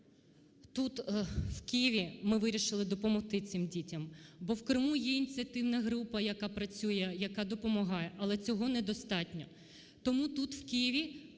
Тут в Києві ми вирішили допомогти цим дітям, бо в Криму є ініціативна група, яка працює, яка допомагає, але цього недостатньо. Тому тут в Києві